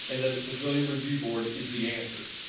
and that a civilian review board is the answer.